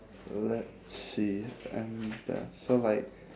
let's see and there are so like